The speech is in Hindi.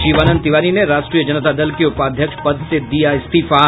शिवानंद तिवारी ने राष्ट्रीय जनता दल के उपाध्यक्ष पद से दिया इस्तीफा